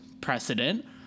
precedent